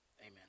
Amen